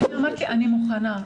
אמרתי שאני מוכנה.